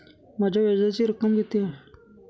माझ्या व्याजाची रक्कम किती आहे?